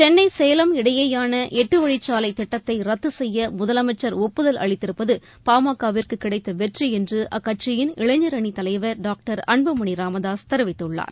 சென்னை சேலம் இடையேயானஎட்டுவழிசாலைதிட்டத்தைரத்துசெய்யமுதலமைச்சர் ஒப்புதல் அளித்திருப்பதுபாமக விற்குகிடைத்தவெற்றிஎன்றுஅக்கட்சியின் இளைஞரணிதலைவர் டாக்டர் அன்புமணிராமதாஸ் தெரிவித்துள்ளார்